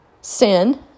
sin